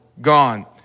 gone